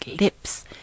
lips